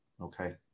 Okay